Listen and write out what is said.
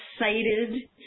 excited